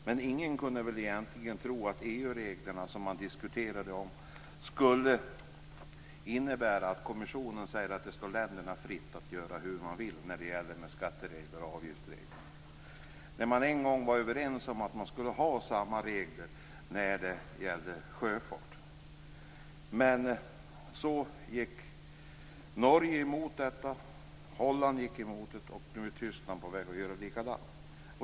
Men ingen kunde väl egentligen tro att de EU regler man diskuterade skulle innebära att kommissionen säger att det står länderna fritt att göra hur man vill när det gäller skatteregler och avgiftsregler, när man en gång var överens om att man skulle ha samma regler för sjöfarten. Men sedan gick Norge emot det. Holland gick emot det, och nu är Tyskland på väg att göra likadant.